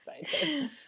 excited